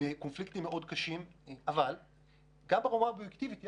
אבל יש קשיים גם ברמה האובייקטיבית.